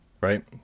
right